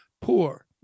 poor